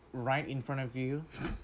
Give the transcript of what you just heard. right in front of you